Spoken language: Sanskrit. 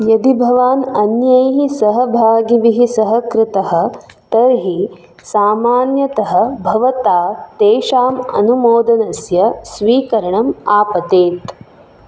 यदि भवान् अन्यैः सहभागिभिः सहकृतः तर्हि सामान्यतः भवता तेषाम् अनुमोदनस्य स्वीकरणम् आपतेत्